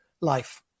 life